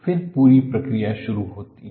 फिर पूरी प्रक्रिया शुरू होती है